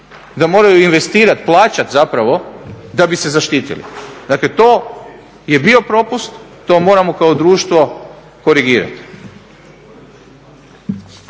da moraju investirati, plaćati zapravo da bi se zaštitili. Dakle, to je bio propust, to moramo kao društvo korigirati.